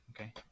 okay